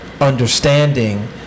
understanding